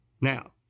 Now